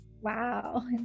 wow